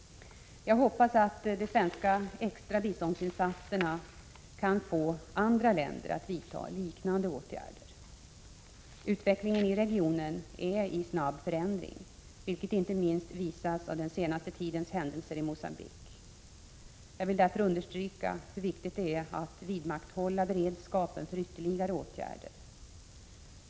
Jag hoppas att de extra svenska biståndsinsatserna kan få andra länder att vidta liknande åtgärder. Utvecklingen i regionen är i snabb förändring, vilket inte minst visas av den senaste tidens händelser i Mogambique. Jag vill därför understryka hur viktigt det är att vidmakthålla beredskapen för ytterligare åtgärder.